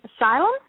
Asylum